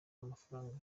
amafaranga